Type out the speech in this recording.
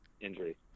injury